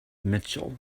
mitchell